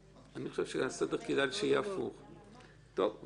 טוב, בבקשה,